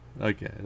Okay